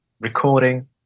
recording